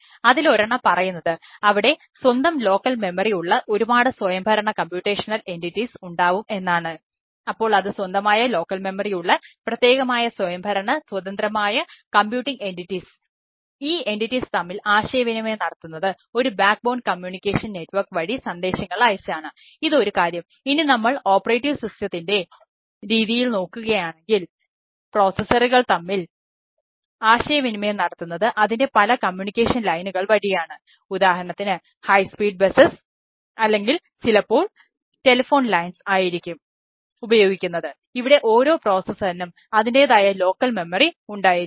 അതിലൊരെണ്ണം പറയുന്നത് അവിടെ സ്വന്തം ലോക്കൽ മെമ്മറി ഉണ്ടായിരിക്കും